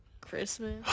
Christmas